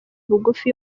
bugufi